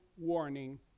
warning